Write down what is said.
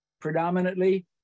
predominantly